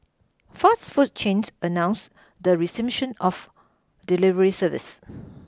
fast food chains announced the resumption of delivery services